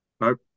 Nope